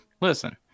listen